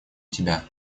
тебя